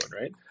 right